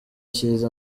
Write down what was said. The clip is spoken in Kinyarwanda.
nshyize